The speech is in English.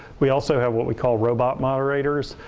we also have what we call robot moderators.